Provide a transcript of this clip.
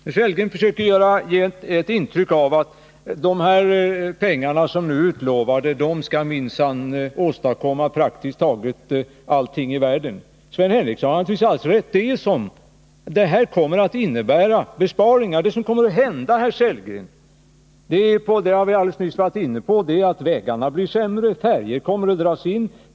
Rolf Sellgren försökte ge ett intryck av att de pengar som nu är utlovade minsann skall åstadkomma praktiskt taget allting i världen. Sven Henricsson har naturligtvis alldeles rätt. Det här kommer att innebära besparingar. Men det som kommer att hända, herr Sellgren, som vi alldeles nyss var inne på, det är att vägarna blir sämre, färjor kommer att dras in.